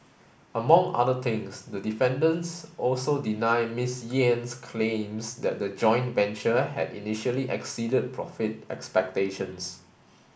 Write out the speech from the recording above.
among other things the defendants also deny Miss Yen's claims that the joint venture had initially exceeded profit expectations